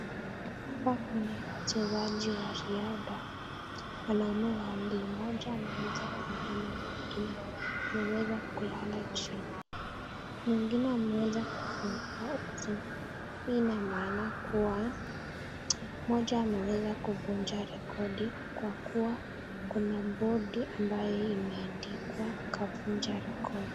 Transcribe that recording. Hapa kuna wachezaji wa riadha. Wanaume wawili, mmoja ameweza kuinama na mwingine ameweza kulala chini. Mwingine ameweza kufunika uso. Hii ina maana kuwa, mmoja ameweza kuvunja rekodi, kwa kuwa kuna bodi ambayo imeandikwa, kavunja rekodi.